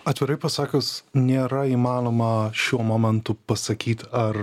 atvirai pasakius nėra įmanoma šiuo momentu pasakyt ar